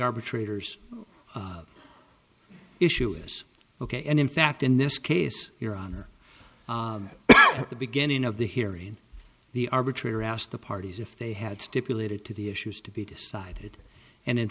arbitrators issue is ok and in fact in this case your honor at the beginning of the hearing the arbitrator asked the parties if they had stipulated to the issues to be decided and in